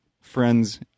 friends